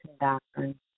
doctrine